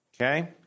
Okay